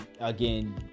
again